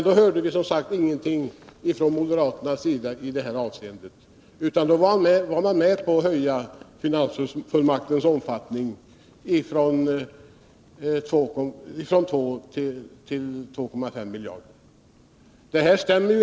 Då hörde vi som sagt inga protester från moderaterna. Då var de med om att höja finansfullmakten från 2 miljarder till 2,5 miljarder.